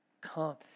Come